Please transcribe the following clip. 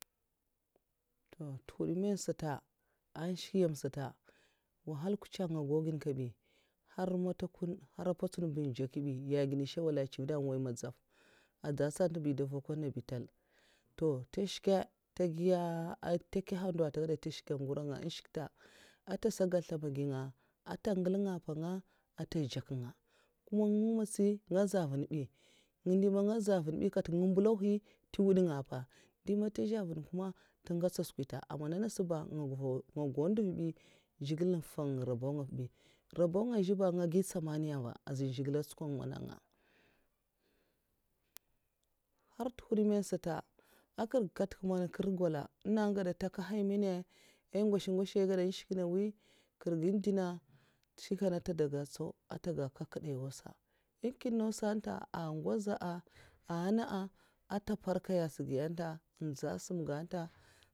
To t'hud um man sata an shkè nyèm sata wahala nkuta an nga sèw har matakwam har mpatsun sata èh shawal ah civèd' a èh n nwoy madzèf dau chiya ntè ba èh vakwa nabital to shkè an gi ntèkèh' ndo nta gada nguro nga èhn shkè ta èh ta zlub da gè'nga ausa an ntè ngèl nga pa ah ntè ndzèk nga, nga mamatsi nga zavuna bi nga ndi man nga za vin bi katak' nga mbalèw nga ntè wud nga pa ndè man ntè zhè vèn kuam ntè ngwots skwi ta ng basa nga gèw ndèv bi gènna amana nas nga gaw ndèv bi azun zhigilè an tsungan nga mana ngan' nag. katak ntugwud man sata akèr'ga man nwoy akèr'ga'gwala'kinnè dè ntaka nhyè mana ntè nasa ba èhn shiknè mwi mana ngosh ngosh èhn shknè mwi kèrgi' mana dè na a ntè dinga tsèw' ata kadyè au sa' èhn kid nènga au sa' kèr nèng aun ngwoz nènga a tè mpèr ngaya a sam ga mana